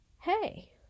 hey